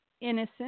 Innocent